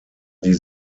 die